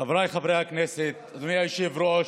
חבריי חברי הכנסת, אדוני היושב-ראש,